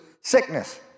sickness